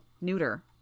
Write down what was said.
Neuter